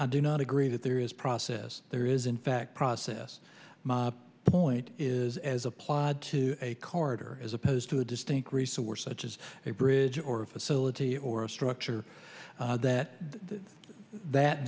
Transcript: i do not agree that there is process there is in fact process my point is as applied to a court or as opposed to a distinct resource such as a bridge or a facility or a structure that that th